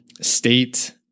state